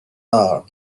are